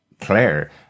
claire